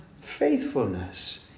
faithfulness